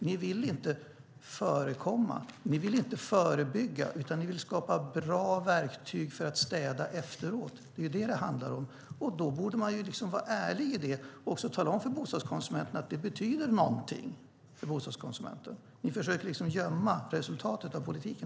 Ni vill inte längre förekomma och förebygga, utan ni vill skapa bra verktyg för att städa efteråt. Det är det som det handlar om, och då borde ni vara ärliga med det och tala om för bostadskonsumenterna att det betyder någonting för dem. Men ni försöker liksom gömma resultatet av politiken.